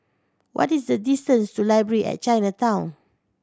what is the distance to Library at Chinatown